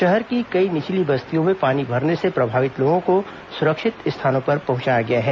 शहर की कई निचली बस्तियों में पानी भरने से प्रभावित लोगों को सुरक्षित जगहों पर पहुंचाया गया है